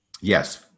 Yes